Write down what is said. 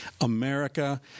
America